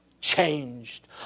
changed